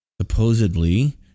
supposedly